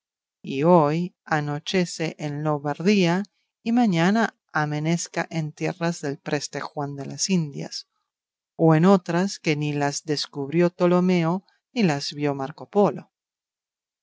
y hoy anochece en lombardía y mañana amanezca en tierras del preste juan de las indias o en otras que ni las descubrió tolomeo ni las vio marco polo